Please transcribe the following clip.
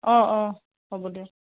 অঁ অঁ হ'ব দে